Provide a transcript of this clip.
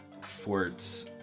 Fort